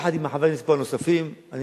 יחד עם חברי כנסת נוספים פה.